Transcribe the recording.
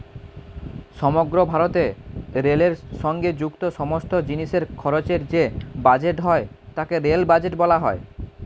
সমগ্র ভারতে রেলের সঙ্গে যুক্ত সমস্ত জিনিসের খরচের যে বাজেট হয় তাকে রেল বাজেট বলা হয়